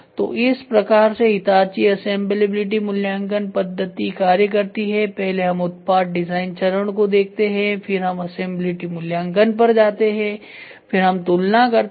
तो इस प्रकार से हिताची असेंबलेबिलिटी मूल्यांकन पद्धति कार्य करती है पहले हम उत्पाद डिजाइन चरण को देखते हैं फिर हम असेंबलेबीलिटी मूल्यांकन पर जाते हैं फिर हम तुलना करते हैं